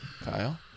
Kyle